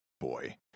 boy